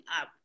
up